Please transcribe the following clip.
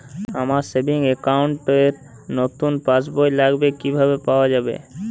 আমার savings account র নতুন পাসবই লাগবে কিভাবে পাওয়া যাবে?